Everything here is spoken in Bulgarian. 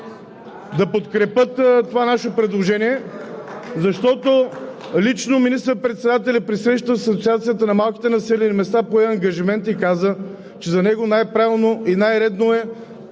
оживление от „БСП за България“), защото лично министър-председателят при среща с Асоциацията на малките населени места пое ангажимент и каза, че за него най-правилно и най-редно е